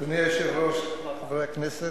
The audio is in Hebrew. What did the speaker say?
אדוני היושב-ראש, חברי הכנסת,